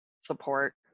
support